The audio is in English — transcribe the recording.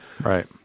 Right